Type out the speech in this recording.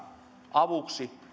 avuksi